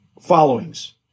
followings